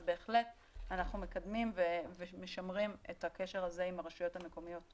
אז בהחלט אנחנו מקדמים ומשמרים את הקשר הזה עם הרשויות המקומיות,